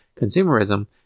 consumerism